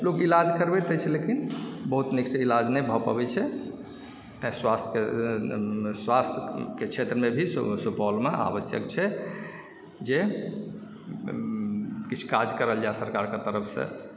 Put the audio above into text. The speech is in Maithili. लोक इलाज करौबति अछि लेकिन बहुत नीकसँ इलाज नहि भऽ पबैत छै स्वास्थ्य स्वास्थ्यके क्षेत्रमे सेहो सुपौलमे आवश्यक छै जे किछु काज कयल जाइ सरकार तरफसँ